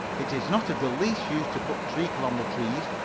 it is not of the least use to put treacle on the trees.